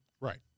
Right